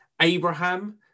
Abraham